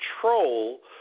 control